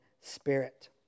spirit